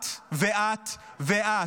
את ואת ואת.